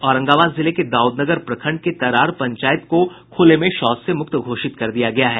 औरंगाबाद जिले के दाउदनगर प्रखंड के तरार पंचायत को खुले में शौच से मुक्त घोषित कर दिया गया है